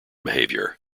behavior